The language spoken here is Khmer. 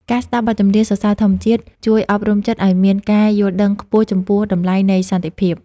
ការស្ដាប់បទចម្រៀងសរសើរធម្មជាតិ ជួយអប់រំចិត្តឱ្យមានការយល់ដឹងខ្ពស់ចំពោះតម្លៃនៃសន្តិភាព។